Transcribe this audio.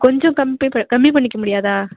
கொஞ்சம் கம்ப்பி ப கம்மி பண்ணிக்க முடியாதா